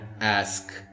ask